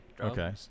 Okay